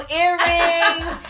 earrings